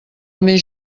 més